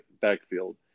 backfield